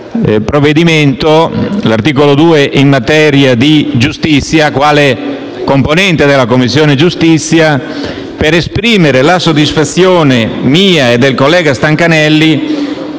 provvedimento in materia di giustizia, quale componente della Commissione giustizia, per esprimere la soddisfazione mia e del collega Stancanelli